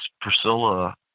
Priscilla